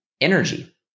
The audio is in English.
energy